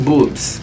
Boobs